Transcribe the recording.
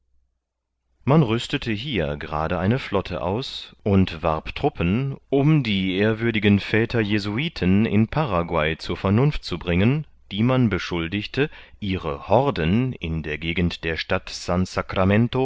man rüstete hier gerade eine flotte aus und ward truppen um die ehrwürdigen väter jesuiten in paraguay zur vernunft zu bringen die man beschuldigte ihre horden in der gegend der stadt